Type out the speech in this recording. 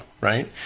right